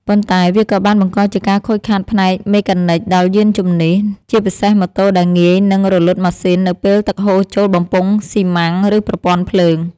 ប៉ុន្តែវាក៏បានបង្កជាការខូចខាតផ្នែកមេកានិកដល់យានជំនិះ ជាពិសេសម៉ូតូដែលងាយនឹងរលត់ម៉ាស៊ីននៅពេលទឹកហូរចូលបំពង់ស៊ីម៉ាំង ឬប្រព័ន្ធភ្លើង។